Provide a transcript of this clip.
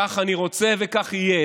כך אני רוצה וכך יהיה.